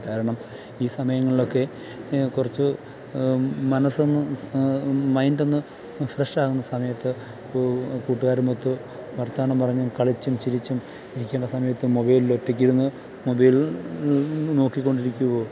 കാരണം ഈ സമയങ്ങളിലൊക്കെ കുറച്ച് മനസ്സൊന്ന് സ് മൈൻഡ് ഒന്ന് ഫ്രഷ് ആവുന്ന സമയത്ത് കൂട്ടുകാരുമൊത്ത് വർത്തമാനം പറഞ്ഞും കളിച്ചും ചിരിച്ചും ഇരിക്കേണ്ട സമയത്ത് മൊബൈലിൽ ഒറ്റയ്ക്ക് ഇരുന്ന് മൊബൈലിൽ നോക്കിക്കോണ്ടിരിക്കുവോ